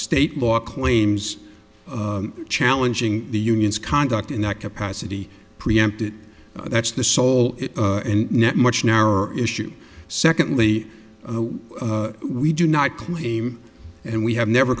state law claims challenging the union's conduct in that capacity preempted that's the sole and much narrower issue secondly we do not claim and we have never